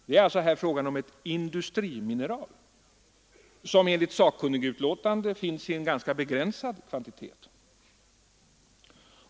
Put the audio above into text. Det är alltså här fråga om ett industrimineral som enligt sakkunnigutlåtande förekommer i en ganska begränsad kvantitet.